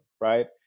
right